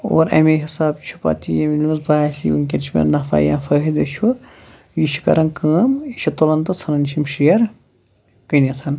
اور أمی حِسابہٕ چھِ پتہٕ ییٚلہِ أمِس باسہِ وُنکٮ۪ن چھِ مےٚ نفع یا فٲیِدٕ چھِ یہِ چھُ کران کٲم یہِ چھُ تُلان تہٕ ژھُنان چھُ یِم شیر کٔنِتھ